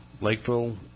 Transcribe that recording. Lakeville